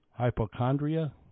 Hypochondria